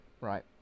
Right